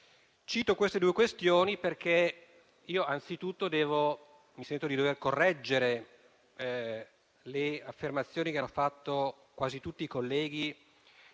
Cito queste due questioni perché anzitutto mi sento di dover correggere le affermazioni che hanno fatto quasi tutti i colleghi,